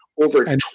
Over